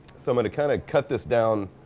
so i'm gonna kinda cut this down